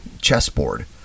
chessboard